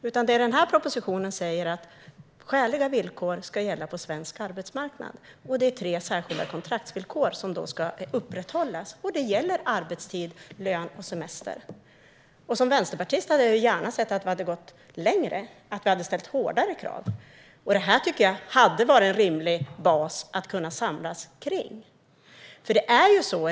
Det som den här propositionen säger är att skäliga villkor ska gälla på svensk arbetsmarknad och att tre särskilda kontraktsvillkor ska upprätthållas: arbetstid, lön och semester. Som vänsterpartist hade jag gärna sett att vi hade gått längre och ställt hårdare krav. Det här tycker jag hade varit en rimlig bas att samlas kring.